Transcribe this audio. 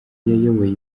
yayoboye